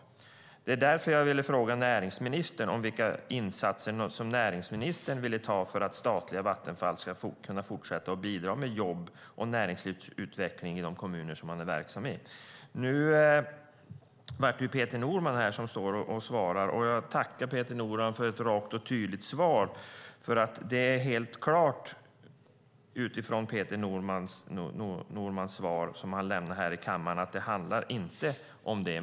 Det var därför jag ville fråga näringsministern vilka insatser som näringsministern ville göra för att statliga Vattenfall skulle kunna fortsätta att bidra med jobb och näringslivsutveckling i de kommuner där man är verksam. Nu är det Peter Norman som svarar, och jag tackar honom för ett rakt och tydligt svar. Det är helt klart utifrån Peter Normans svar här i kammaren att det inte handlar om det.